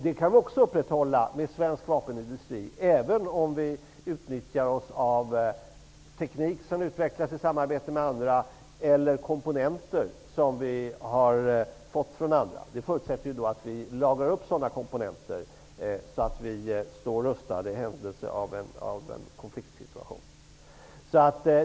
Det kan vi också upprätthålla med svensk vapenindustri även om vi utnyttjar oss av teknik som utvecklats i samarbete med andra länder eller komponenter som vi har fått från andra länder. Det förutsätter att vi lagrar sådana komponenter så att vi står rustade i händelse av en konfliktsituation.